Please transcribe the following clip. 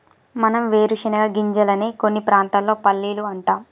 మనం వేరుశనగ గింజలనే కొన్ని ప్రాంతాల్లో పల్లీలు అంటాం